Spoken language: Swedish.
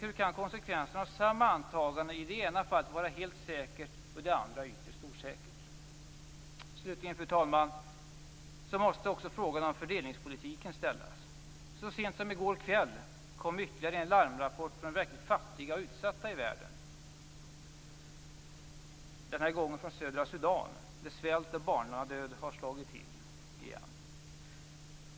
Hur kan konsekvenserna av samma antagande i det ena fallet vara helt säkert och i det andra ytterst osäkert? Slutligen, fru talman, måste också frågan om fördelningspolitiken ställas. Så sent som i går kväll kom ytterligare en larmrapport från de verkligt fattiga och utsatta i världen, den här gången från södra Sudan, där svält och barnadöd har slagit till igen.